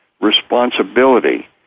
responsibility